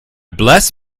bless